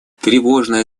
тревожная